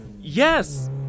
Yes